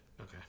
Okay